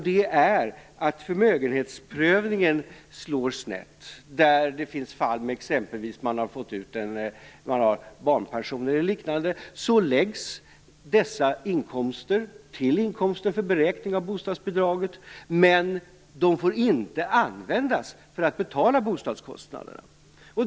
Det är att förmögenhetsprövningen slår snett. Det finns fall där man exempelvis har barnpensioner eller liknande. Då läggs dessa inkomster till inkomster för beräkning av bostadsbidraget, men de får inte användas för att betala bostadskostnaderna.